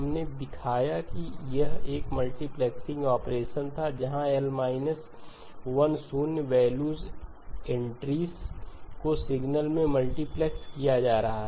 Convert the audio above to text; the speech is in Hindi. हमने दिखाया कि यह एक मल्टीप्लेक्सिंग ऑपरेशन था जहां L 1 शून्य वैल्यूड एंट्रीज़ को सिग्नल में मल्टीप्लेक्स किया जा रहा है